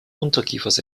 unterkiefers